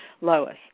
Lois